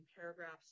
paragraphs